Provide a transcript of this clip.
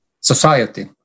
society